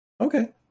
Okay